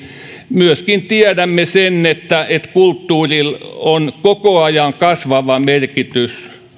myöskin tiedämme sen että kulttuurilla on koko ajan kasvava merkitys